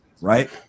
right